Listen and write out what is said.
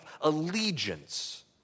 allegiance